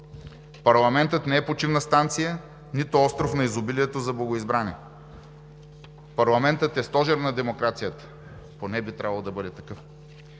Парламентът не е почивна станция, нито остров на изобилието за богоизбрани. Парламентът е стожер на демокрацията, поне би трябвало да бъде такъв.